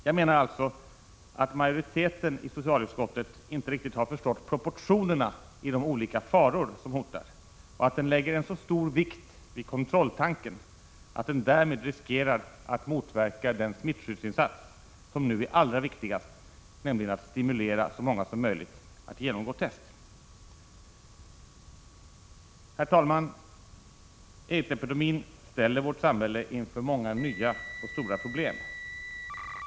Jag menar alltså att majoriteten i socialutskottet inte riktigt har förstått proportionerna i de olika faror som hotar och att den lägger en så stor vikt vid kontrolltanken att den därmed riskerar att motverka den smittskyddsinsats som nu är allra viktigast, nämligen att stimulera så många som möjligt att genomgå test. Herr talman! Aidsepidemin ställer vårt samhälle inför många nya och stora problem.